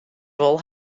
wol